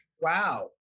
Wow